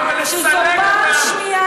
שהיא כבר פעם שנייה,